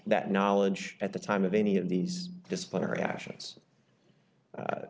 that knowledge at the time of any of these disciplinary actions